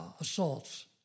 assaults